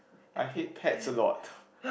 I hate pets a lot